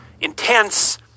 intense